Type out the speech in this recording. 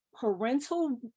parental